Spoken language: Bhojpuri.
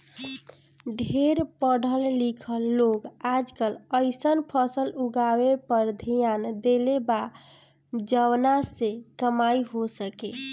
ढेर पढ़ल लिखल लोग आजकल अइसन फसल उगावे पर ध्यान देले बा जवना से कमाई हो सके